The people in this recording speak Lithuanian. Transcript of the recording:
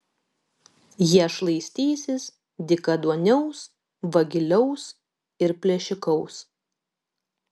jie šlaistysis dykaduoniaus vagiliaus ir plėšikaus